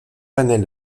panel